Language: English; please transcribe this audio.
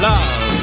Love